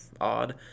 odd